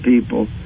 people